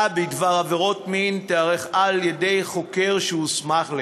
בדבר עבירות מין תיערך על-ידי חוקר שהוסמך לכך.